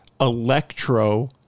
electro